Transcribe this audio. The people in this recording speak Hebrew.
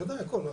בוודאי, הכול.